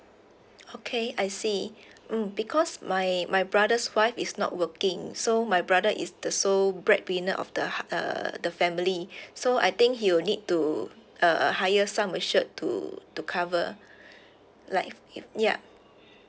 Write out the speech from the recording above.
okay I see mm because my my brother's wife is not working so my brother is the sole breadwinner of the uh the family so I think he'll need to uh higher sum assured to to cover like ya